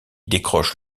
décroche